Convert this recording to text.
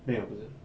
没有不是